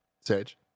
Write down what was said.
Sage